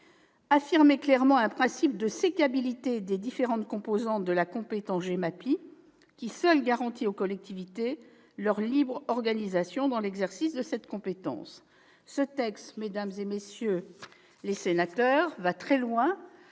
affirmer clairement un principe de sécabilité des différentes composantes de la compétence GEMAPI, qui seul garantit aux collectivités territoriales leur libre organisation dans l'exercice de cette compétence. Mesdames, messieurs les sénateurs, cette